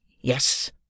Yes